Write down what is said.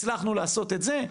אם הצלחנו לעשות את זה,